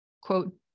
quote